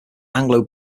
anglo